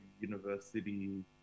university